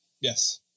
Yes